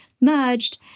merged